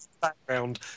background